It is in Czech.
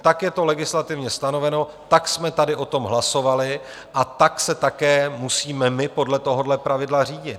Tak je to legislativně stanoveno, tak jsme tady o tom hlasovali a pak se také musíme my podle tohoto pravidla řídit.